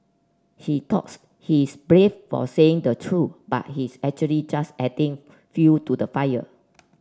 he thoughts he's brave for saying the truth but he's actually just adding fuel to the fire